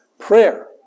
Prayer